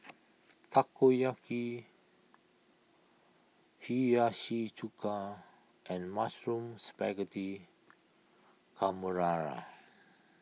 Takoyaki Hiyashi Chuka and Mushroom Spaghetti Carbonara